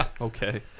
Okay